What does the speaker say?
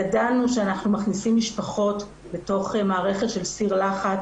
ידענו שאנחנו מכניסים משפחות בתוך מערכת של סיר לחץ,